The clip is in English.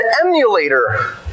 emulator